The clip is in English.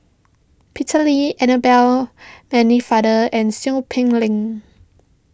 Peter Lee Annabel Pennefather and Seow Peck Leng